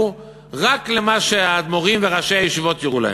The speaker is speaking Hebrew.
רק למה שהאדמו"רים וראשי הישיבות יורו להם.